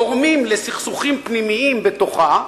גורמים לסכסוכים פנימיים בתוכה,